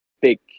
big